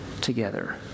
together